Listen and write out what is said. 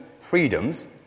freedoms